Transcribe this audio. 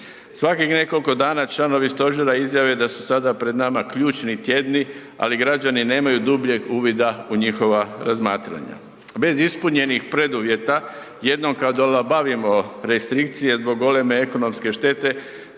Svakih nekoliko dana članovi stožera izjave da su sada pred nama ključni tjedni, ali građani nemaju dubljeg uvida u njihova razmatranja. Bez ispunjenih preduvjeta jednom kad olabavimo restrikcije zbog goleme ekonomske štete,